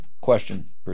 question